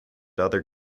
other